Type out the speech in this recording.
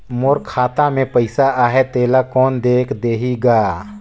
मोर खाता मे पइसा आहाय तेला कोन देख देही गा?